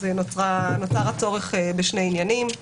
נוצר הצורך בשני עניינים: